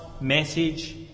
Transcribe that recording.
message